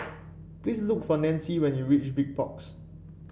please look for Nancie when you reach Big Box